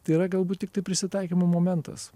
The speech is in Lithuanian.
tai yra galbūt tiktai prisitaikymo momentas